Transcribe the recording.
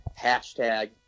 hashtag